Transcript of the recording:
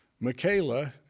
Michaela